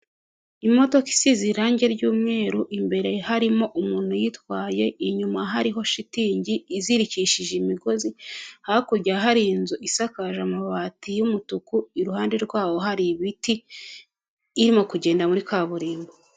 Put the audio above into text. Imodoka isize irangi ry'umweru, imbere harimo umuntu uyitwaye, inyuma hariho shitingi izirikishije imigozi hakurya hari inzu isakaje amabati y'umutuku ,iruhande rwaho hari ibiti, irimo kugenda muri kaburimbo.